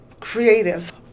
creatives